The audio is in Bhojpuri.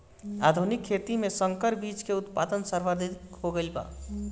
आधुनिक खेती में संकर बीज के उत्पादन सर्वाधिक हो गईल बा